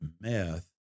meth